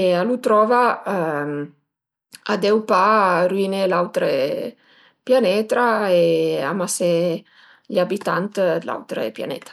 e a lu trova, a deu pa ruiné l'autre pianeta e amasé i abitant dë l'autre pianeta